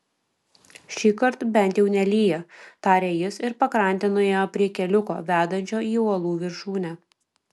šįkart bent jau nelyja tarė jis ir pakrante nuėjo prie keliuko vedančio į uolų viršūnę